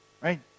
Right